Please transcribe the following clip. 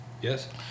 Yes